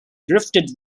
drifted